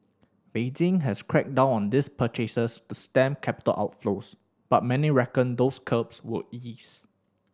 Beijing has cracked down on these purchases to stem capital outflows but many reckon those curbs will ease